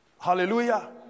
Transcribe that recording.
Hallelujah